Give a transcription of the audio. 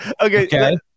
okay